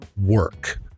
work